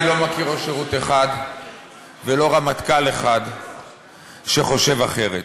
אני לא מכיר ראש שירות אחד ולא רמטכ"ל אחד שחושב אחרת.